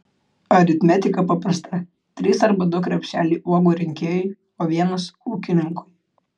aritmetika paprasta trys arba du krepšeliai uogų rinkėjui o vienas ūkininkui